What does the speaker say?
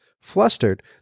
Flustered